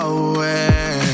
away